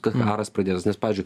kad karas pradėtas nes pavyzdžiui